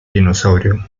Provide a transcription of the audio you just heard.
dinosaurio